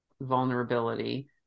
vulnerability